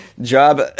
job